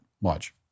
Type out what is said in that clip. Watch